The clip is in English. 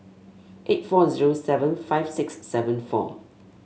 eight four zero seven five six seven four